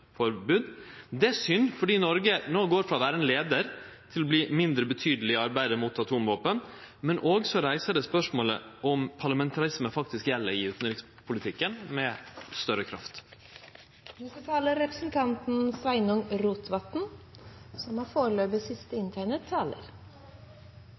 forbod. Det er synd, fordi Noreg no går frå å vere ein leiar til å verte mindre betydeleg i arbeidet mot atomvåpen, men det reiser òg spørsmålet om parlamentarismen faktisk gjeld i utanrikspolitikken, med større